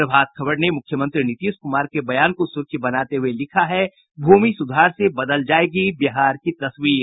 प्रभात खबर ने मुख्यमंत्री नीतीश कुमार के बयान को सुर्खी बनाते हुये लिखा है भूमि सुधार से बदल जायेगी बिहार की तस्वीर